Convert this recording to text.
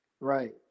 Right